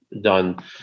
done